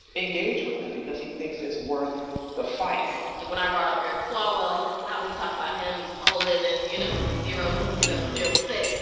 engage with them because he thinks it's worth the fight like, when i brought up eric swalwell, he's like, why would he talk about him? he's polling in, and and you know, zero you know, zero percent.